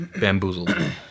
bamboozled